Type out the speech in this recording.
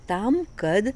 tam kad